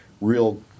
real